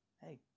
hey